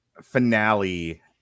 finale